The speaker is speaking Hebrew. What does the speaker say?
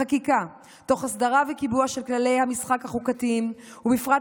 החקיקה תוך הסדרה וקיבוע של כללי המשחק החוקתיים ובפרט